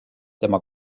tema